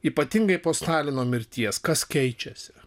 ypatingai po stalino mirties kas keičiasi